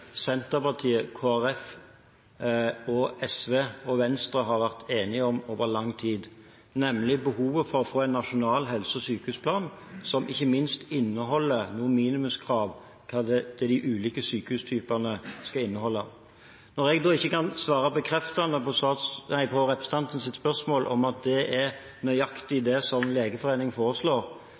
Senterpartiet, Kristelig Folkeparti, SV og Venstre har vært enige om over lang tid, nemlig behovet for å få en nasjonal helse- og sykehusplan som ikke minst inneholder noen minimumskrav til hva de ulike sykehustypene skal inneholde. Når jeg ikke kan svare bekreftende på representantens spørsmål om at det er nøyaktig det som Legeforeningen foreslår,